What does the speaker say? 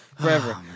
forever